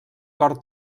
cor